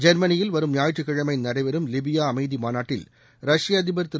ஜெர்மனியில் வரும் ஞாயிற்றுக்கிழமை நடைபெறும் லிபியா அமைதி மாநாட்டில் ரஷ்ய அதிபர் திரு